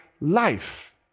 life